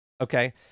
Okay